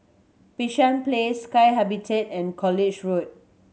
Bishan Place Sky Habitat and College Road